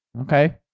Okay